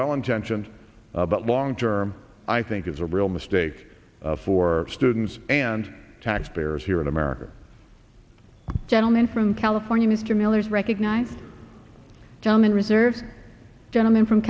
well intentioned but long term i think is a real mistake for students and taxpayers here in america gentleman from california mr miller's recognize john reserves gentleman from